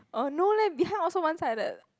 oh no leh behind also one sided